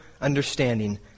understanding